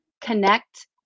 connect